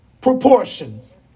proportions